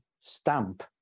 Stamp